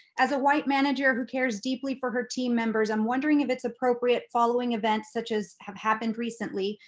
as a white manager who cares deeply for her team members, i'm wondering if it's appropriate, following events such as have happened recently,